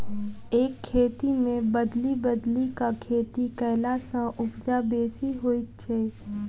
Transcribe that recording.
एक खेत मे बदलि बदलि क खेती कयला सॅ उपजा बेसी होइत छै